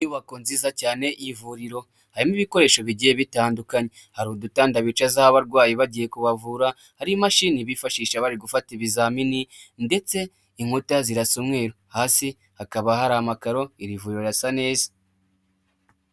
Inyubako nziza cyane y'ivuriro. Harimo ibikoresho bigiye bitandukanye. Hari udutanda bicazaho abarwayi bagiye kubavura, hari n'imashini bifashisha bari gufata ibizamini ndetse inkuta zirasa umweruru. Hasi hakaba hari amakaro, iri vuriro rirasa neza.